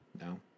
No